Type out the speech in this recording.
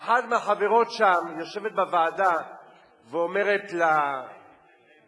אחת מהחברות שם יושבת בוועדה ואומרת למבקש,